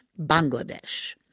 Bangladesh